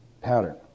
pattern